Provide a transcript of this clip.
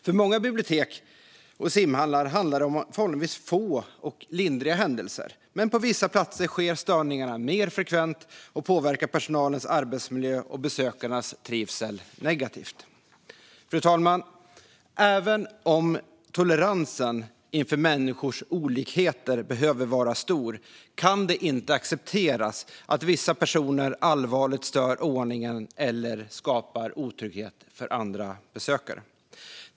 För många bibliotek och simhallar handlar det om förhållandevis få och lindriga händelser. Men på vissa platser sker störningarna mer frekvent och påverkar personalens arbetsmiljö och besökarnas trivsel negativt. Fru talman! Även om toleransen inför människors olikheter behöver vara stor kan det inte accepteras att vissa personer allvarligt stör ordningen eller skapar otrygghet för andra besökare.